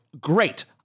great